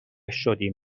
شدیم